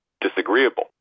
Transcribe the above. disagreeable